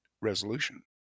resolution